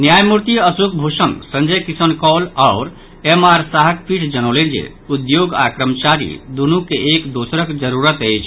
न्यायमूर्ति अशोक भूषण संजय किशन कौल आओर M R शाहक पीठ जनौलनि जे उद्योग आ कर्मचारी दुनू के एक दोसरक जरूरत अछि